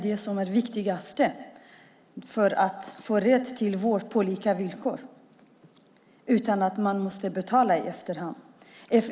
Det viktigaste för vård på lika villkor är att man ska få vård utan att man behöver betala i efterhand.